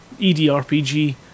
EDRPG